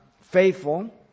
faithful